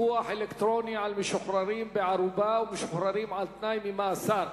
(פיקוח אלקטרוני על משוחררים בערובה ומשוחררים על-תנאי ממאסר),